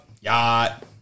yacht